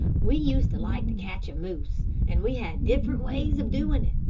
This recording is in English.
we used to like to catch a moose, and we had different ways of doing it.